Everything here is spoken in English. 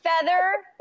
feather